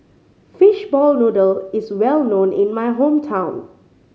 fishball noodle is well known in my hometown